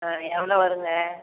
ஆ எவ்வளோ வருங்க